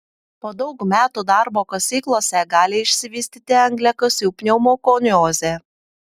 po daug metų darbo kasyklose gali išsivystyti angliakasių pneumokoniozė